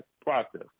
process